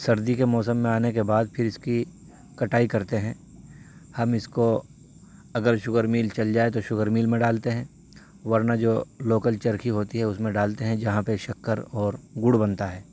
سردی کے موسم میں آنے کے بعد پھر اس کی کٹائی کرتے ہیں ہم اس کو اگر شوگر میل چل جائے تو شوگر میل میں ڈالتے ہیں ورنہ جو لوکل چرخی ہوتی ہے اس میں ڈالتے ہیں جہاں پہ شکر اور گڑ بنتا ہے